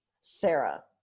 sarah